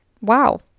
Wow